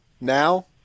now